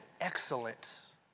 excellence